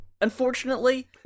Unfortunately